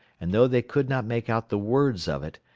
and though they could not make out the words of it,